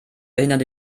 behindern